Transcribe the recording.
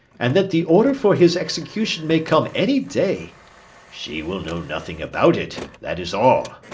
and that the order for his execution may come any day she will know nothing about it, that is all.